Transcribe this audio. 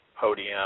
podium